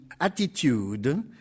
attitude